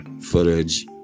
footage